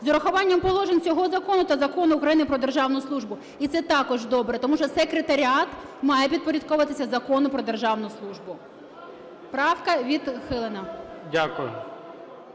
з урахуванням положень цього закону та Закону України "Про державну службу". І це також добре, тому що секретаріат має підпорядковуватися Закону "Про державну службу". Правка відхилена.